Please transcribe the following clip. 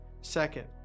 Second